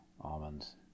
almonds